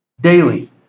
daily